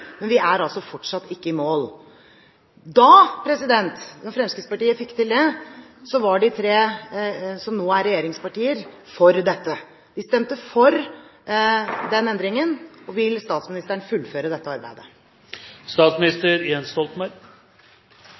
men vi er fortsatt ikke i mål. Da Fremskrittspartiet fikk til det, var de tre nåværende regjeringspartiene for dette. De stemte for den endringen. Vil statsministeren fullføre dette arbeidet?